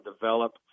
develop